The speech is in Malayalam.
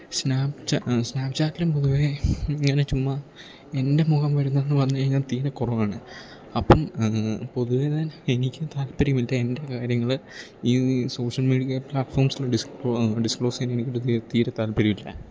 സ്നാപ് ചാ സ്നാപ് ചാറ്റിലും പൊതുവേ ഇങ്ങനെ ചുമ്മാ എൻ്റെ മുഖം വരുന്നന്ന് പറഞ്ഞ് കഴിഞ്ഞാൽ തീരെ കുറവാണ് അപ്പം പൊതുവേ തന്നെ എനിക്ക് താല്പര്യമില്ല എൻ്റെ കാര്യങ്ങൾ ഈ സോഷ്യൽ മീഡിയാ പ്ലാറ്റ്ഫോംസിൽ ഡിസ്ക്ലോ ഡിസ്ക്ലോസ് ചെയ്യാൻ എനിക്കോട്ട് തീരെ തീരെ താല്പര്യം ഇല്ല